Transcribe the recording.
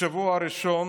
בשבוע הראשון